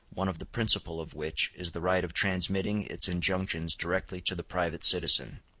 one of the principal of which is the right of transmitting its injunctions directly to the private citizen.